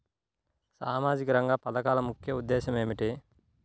సామాజిక రంగ పథకాల ముఖ్య ఉద్దేశం ఏమిటీ?